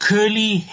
Curly